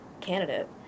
candidate